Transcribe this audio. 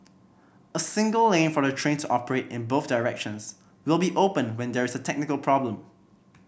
a single lane for the train to operate in both directions will be open when there's a technical problem